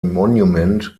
monument